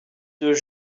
deux